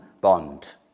bond